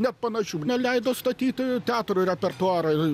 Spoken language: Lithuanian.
net panašių neleido statytojų teatro repertuarą ir